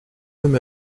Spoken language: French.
même